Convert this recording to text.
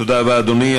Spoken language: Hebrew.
תודה רבה, אדוני.